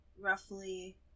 roughly